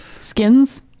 skins